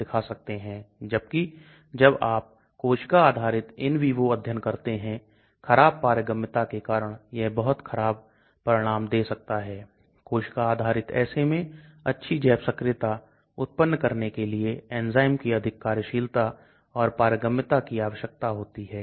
तो दवा की जो भी मात्रा octanol पर होती है हम इसको हाइड्रोफोबिक मानते हैं और जो भी दवा पानी में होती है हम उसको हाइड्रोफिलिक मानते हैं